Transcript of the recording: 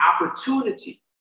opportunity